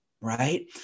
right